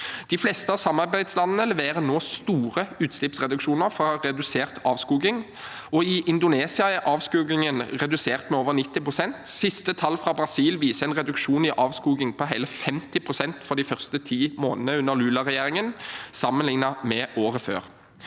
De fleste av samarbeidslandene leverer nå store utslippsreduksjoner fra redusert avskoging. I Indonesia er avskogingen redusert med over 90 pst., og de siste tallene fra Brasil viser en reduksjon i avskogingen på hele 50 pst. de første ti månedene under Lula-regjeringen sammenlignet med året før.